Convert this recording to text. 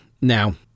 Now